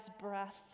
breath